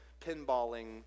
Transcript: pinballing